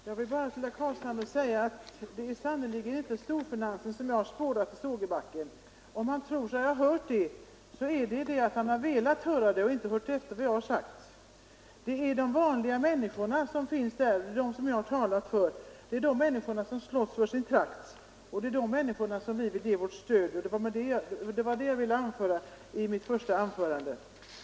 Herr talman! Jag vill bara till herr Carlshamre säga att det är sannerligen inte storfinansen som jag har spårat vid Sågebacken. Om han tror sig ha hört det så är det därför att han har velat höra det och inte lyssnat på vad jag verkligen sagt. Det är de vanliga människorna som finns där som jag har talat för. Det är de människor som slåss för sin trakt som vi vill ge vårt stöd, och det var vad jag ville säga i mitt första anförande.